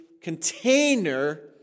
container